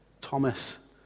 Thomas